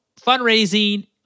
fundraising